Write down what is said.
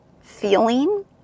feeling